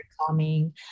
calming